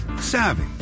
savvy